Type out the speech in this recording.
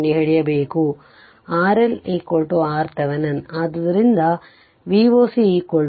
ಆದ್ದರಿಂದ RL RThevenin ಆದ್ದರಿಂದ Voc VThevenin